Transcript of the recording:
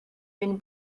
been